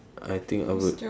I think I would